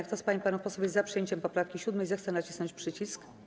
Kto z pań i panów posłów jest za przyjęciem poprawki 7., zechce nacisnąć przycisk.